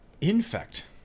Infect